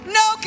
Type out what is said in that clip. no